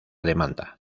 demanda